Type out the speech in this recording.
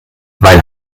weil